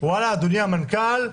אדוני המנכ"ל,